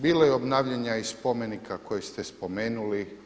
Bilo je obnavljanja i spomenika koje ste spomenuli.